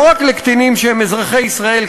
לא רק לקטינים שהם אזרחי ישראל,